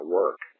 work